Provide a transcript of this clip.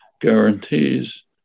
guarantees